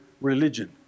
religion